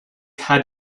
had